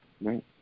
right